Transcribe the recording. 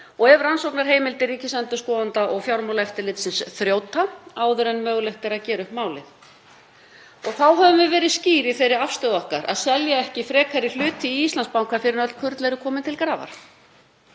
og ef rannsóknarheimildir ríkisendurskoðanda og Fjármálaeftirlitsins þrýtur áður en mögulegt er að gera upp málin. Þá höfum við verið skýr í þeirri afstöðu okkar að selja ekki frekari hlut í Íslandsbanka fyrr en öll kurl eru komin til grafar.